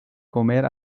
comer